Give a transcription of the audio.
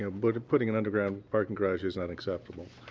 ah but putting an underground parking garage is unacceptable.